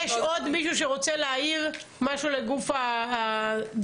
יש עוד מישהו שרוצה להעיר משהו לגוף הדיון?